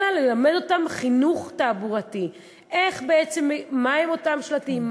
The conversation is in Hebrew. אלא לתת להם חינוך תעבורתי: מה הם אותם שלטים,